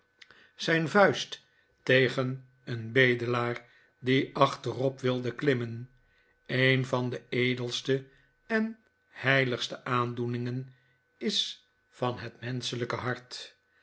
zijn vuist tegen een bedelaar die achterop wilde klimmen een van de edelste en heiligste aandoeningen is van het menschelijke hart